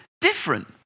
different